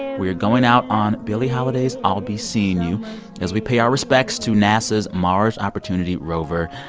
and we are going out on billie holiday's i'll be seeing you as we pay our respects to nasa's mars opportunity rover.